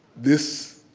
this,